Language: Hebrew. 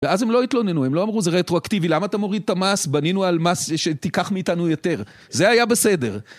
ואז הם לא התלוננו, הם לא אמרו זה רטרואקטיבי, למה אתה מוריד את המס, בנינו על מס שתיקח מאיתנו יותר, זה היה בסדר.